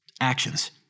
Actions